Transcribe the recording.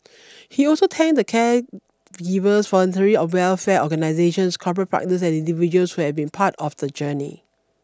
he also thanked the caregivers voluntary a welfare organizations corporate partners and individuals who have been part of the journey